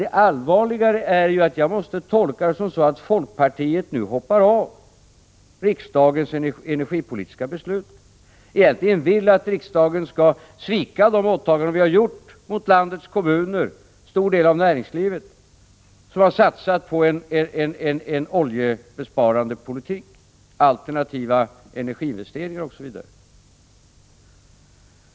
Det som är allvarligt är att jag måste tolka det så att folkpartiet nu hoppar av från riksdagens energipolitiska beslut och egentligen vill att riksdagen skall svika våra åtaganden mot landets kommuner och en stor del av näringslivet, som har satsat på en oljebesparande politik, alternativa energiinvesteringar osv.